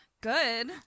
good